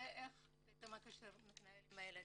ואיך הקשר מתנהל עם הילדים.